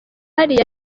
hariya